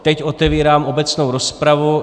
Teď otevírám obecnou rozpravu.